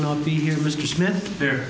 not be here mr smith there